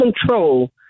control